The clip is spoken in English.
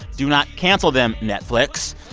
do not cancel them, netflix.